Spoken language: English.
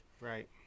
Right